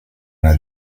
una